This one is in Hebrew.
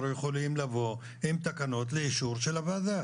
יכולים לבוא עם תקנות לאישור של הוועדה?